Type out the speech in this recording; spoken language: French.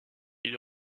est